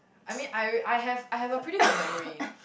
I mean I re~ I have I have a pretty good memory